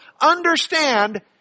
Understand